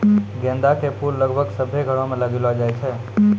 गेंदा के फूल लगभग सभ्भे घरो मे लगैलो जाय छै